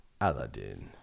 Aladdin